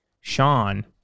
Sean